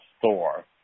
Thor